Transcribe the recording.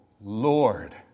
Lord